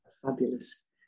Fabulous